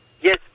Yes